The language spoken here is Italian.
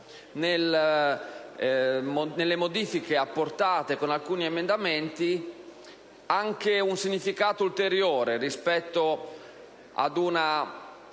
nelle modifiche apportate con alcuni emendamenti, anche un significato ulteriore rispetto ad